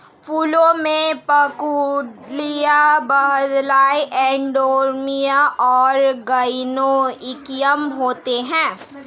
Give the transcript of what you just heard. फूलों में पंखुड़ियाँ, बाह्यदल, एंड्रोमियम और गाइनोइकियम होते हैं